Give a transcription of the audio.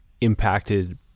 impacted